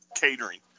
catering